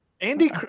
Andy